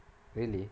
really